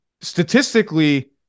statistically